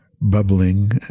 bubbling